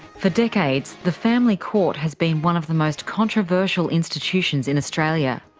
for decades, the family court has been one of the most controversial institutions in australia.